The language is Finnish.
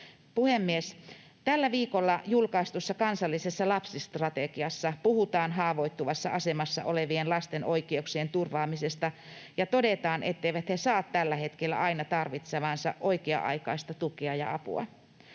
Puhemies! Tällä viikolla julkaistussa kansallisessa lapsistrategiassa puhutaan haavoittuvassa asemassa olevien lasten oikeuksien turvaamisesta ja todetaan, etteivät he saa tällä hetkellä aina tarvitsemaansa oikea-aikaista tukea ja apua.